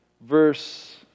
verse